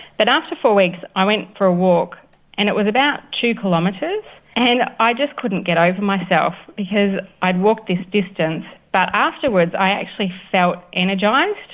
but after four weeks i went for a walk and it was about two kilometres and i just couldn't get over myself because i'd walked this distance but afterwards i actually felt energised,